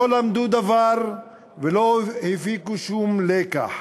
לא למדו דבר ולא הפיקו שום לקח.